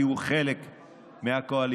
כי הוא חלק מהקואליציה,